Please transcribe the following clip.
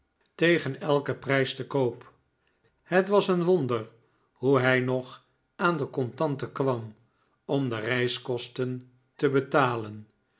tegen elken prijs te koop het was een wonder hoe hij nog aan de contanten kwam om de reiskosten te betalen